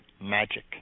magic